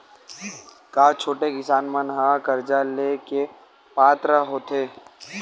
का छोटे किसान मन हा कर्जा ले के पात्र होथे?